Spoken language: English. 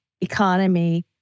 economy